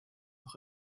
noch